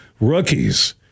rookies